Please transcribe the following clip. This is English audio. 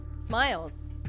Smiles